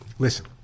Listen